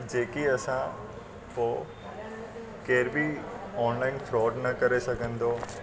जेकी असां पोइ केर बि ऑनलाइन फ्रॉड न करे सघंदो